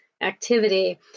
activity